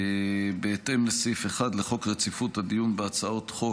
בהתאם לסעיף 1 לחוק רציפות הדיון בהצעות חוק,